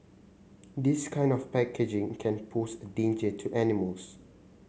this kind of packaging can pose a danger to animals